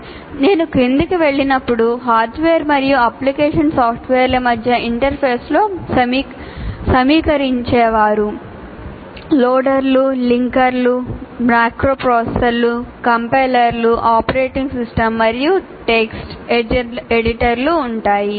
" నేను క్రిందికి వెళ్ళినప్పుడు "హార్డ్వేర్ మరియు అప్లికేషన్ సాఫ్ట్వేర్ల మధ్య ఇంటర్ఫేస్" లో సమీకరించేవారు లోడర్లు లింకర్లు మాక్రో ప్రాసెసర్లు కంపైలర్లు ఆపరేటింగ్ సిస్టమ్స్ మరియు టెక్స్ట్ ఎడిటర్లు ఉంటాయి